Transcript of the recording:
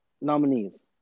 Nominees